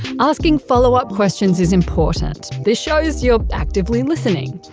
asking follow-up questions is important this shows you're actively listening.